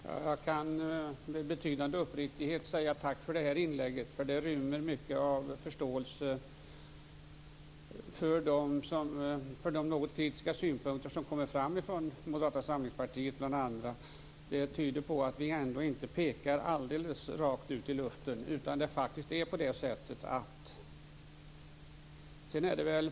Fru talman! Jag kan med betydande uppriktighet säga tack för det här inlägget. Det rymmer mycket av förståelse för de något kritiska synpunkter som kommer fram från bl.a. Moderata samlingspartiet. Det tyder på att vi ändå inte pekar alldeles rakt ut i luften, utan att det faktiskt är på det sättet som vi har sagt.